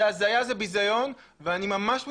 זה הזיה, זה ביזיון ואני ממש מצטער,